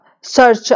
search